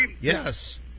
Yes